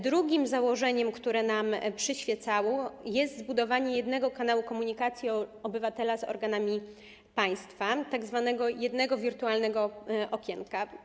Drugim założeniem, które nam przyświecało, jest zbudowanie jednego kanału komunikacji obywatela z organami państwa, tzw. jednego wirtualnego okienka.